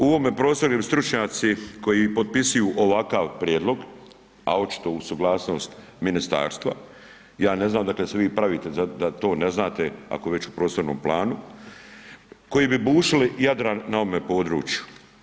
U ovome prostoru … stručnjaci koji potpisuju ovakav prijedlog a očitu uz suglasnost ministarstva, ja ne znam … ili se pravite da to ne znate ako je već u prostornom planu koji bi bušili Jadran na ovome području.